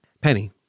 Penny